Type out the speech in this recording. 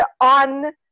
on